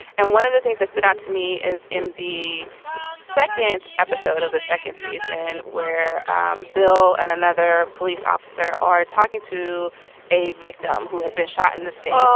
and one of the things that stood out to me is in the second episode of the second season, where um bill and another police officer are talking to a victim who had been shot in the face. oh,